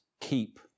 keep